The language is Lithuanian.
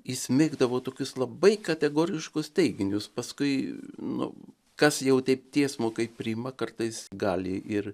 jis mėgdavo tokius labai kategoriškus teiginius paskui nu kas jau taip tiesmukai priima kartais gali ir